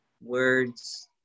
words